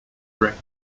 rick